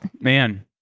Man